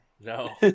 No